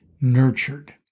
nurtured